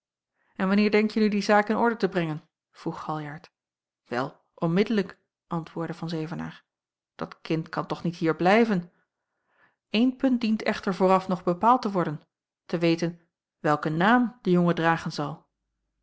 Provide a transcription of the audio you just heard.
en wanneer denkje nu die zaak in orde te brengen vroeg galjart wel onmiddellijk antwoordde van zevenaer dat kind kan toch niet hier blijven een punt dient echter vooraf nog bepaald te worden te weten welken naam de jongen dragen zal